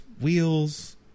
wheels